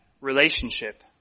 relationship